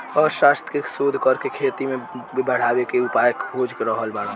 अर्थशास्त्र के शोध करके खेती के बढ़ावे के उपाय खोज रहल बाड़न